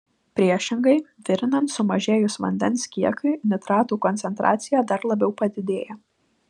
priešingai virinant sumažėjus vandens kiekiui nitratų koncentracija dar labiau padidėja